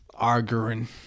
Arguing